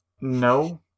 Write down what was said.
No